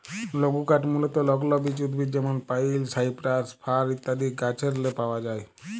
লঘুকাঠ মূলতঃ লগ্ল বিচ উদ্ভিদ যেমল পাইল, সাইপ্রাস, ফার ইত্যাদি গাহাচেরলে পাউয়া যায়